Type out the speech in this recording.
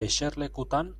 eserlekutan